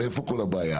הרי איפה כל הבעיה?